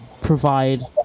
provide